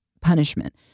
punishment